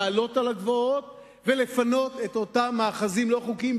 לעלות על הגבעות ולפנות את אותם מאחזים לא חוקיים,